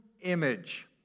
image